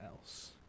else